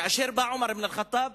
כאשר בא עומר אבן אל-ח'טאב,